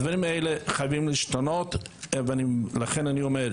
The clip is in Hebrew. הדברים האלה חייבים להשתנות, לכן אני אומר: